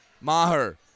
Maher